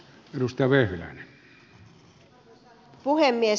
arvoisa puhemies